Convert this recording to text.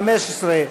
התשע"ה 2015,